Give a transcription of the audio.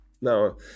No